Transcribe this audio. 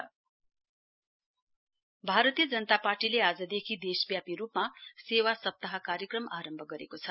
BJP भारतीय जनता पार्टीले आजदेखि देशव्यापी रुपमा सेवा सप्ताह कार्यक्रम आरम्भ गरेको छ